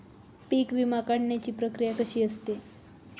पीक विमा काढण्याची प्रक्रिया कशी असते?